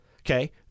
Okay